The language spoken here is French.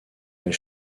les